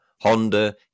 Honda